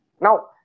now